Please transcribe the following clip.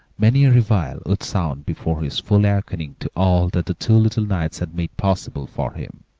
many a reveille would sound before his full awakening to all that the two little knights had made possible for him,